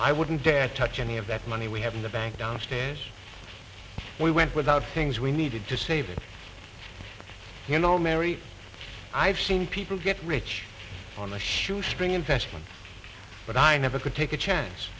i wouldn't dare touch any of that money we have in the bank downstairs we went without things we needed to save you know mary i've seen people get rich on a shoestring investment but i never could take a chance